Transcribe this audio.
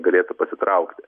galėtų pasitraukti